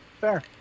fair